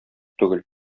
түгел